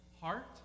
heart